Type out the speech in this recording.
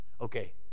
Okay